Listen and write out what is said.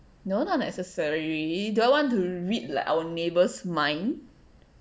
no not necessary do I want to read like our neighbour's mind